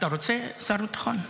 אתה רוצה שר ביטחון?